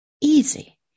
easy